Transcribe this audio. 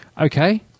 Okay